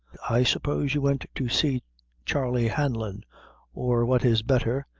i suppose you went to see charley hanlon or, what is betther,